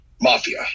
Mafia